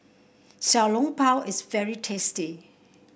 Xiao Long Bao is very tasty